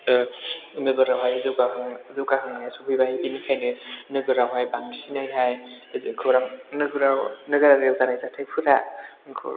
बेबारावहाय जौगाहांनाय सौफैबाय बिनिखायनो नोगोरावहाय बांसिनैहाय खौरां नोगोराव नोगोरारिआव जानाय जाथायफोरा